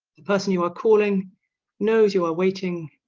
the person you are calling knows you are waiting.